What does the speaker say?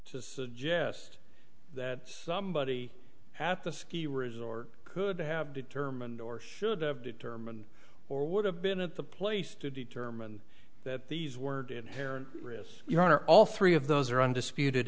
to suggest that somebody at the ski resort could have determined or should have determined or would have been at the place to determine that these weren't inherent risks your honor all three of those are undisputed